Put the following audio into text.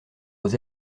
aux